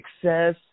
success